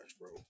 bro